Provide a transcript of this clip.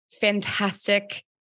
fantastic